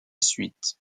suite